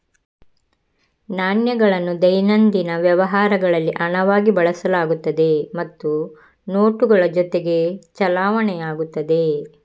ನಾಣ್ಯಗಳನ್ನು ದೈನಂದಿನ ವ್ಯವಹಾರಗಳಲ್ಲಿ ಹಣವಾಗಿ ಬಳಸಲಾಗುತ್ತದೆ ಮತ್ತು ನೋಟುಗಳ ಜೊತೆಗೆ ಚಲಾವಣೆಯಾಗುತ್ತದೆ